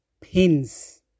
pins